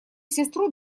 сестру